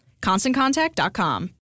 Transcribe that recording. ConstantContact.com